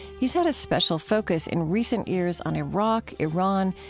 he's had a special focus in recent years on iraq, iran,